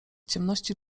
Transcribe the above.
ciemności